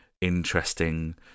interesting